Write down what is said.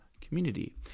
community